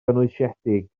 gynwysiedig